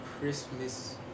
Christmas